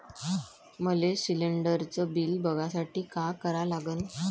मले शिलिंडरचं बिल बघसाठी का करा लागन?